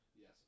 yes